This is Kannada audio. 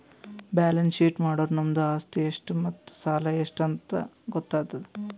ಬ್ಯಾಲೆನ್ಸ್ ಶೀಟ್ ಮಾಡುರ್ ನಮ್ದು ಆಸ್ತಿ ಎಷ್ಟ್ ಮತ್ತ ಸಾಲ ಎಷ್ಟ್ ಅಂತ್ ಗೊತ್ತಾತುದ್